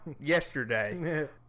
yesterday